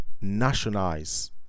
nationalize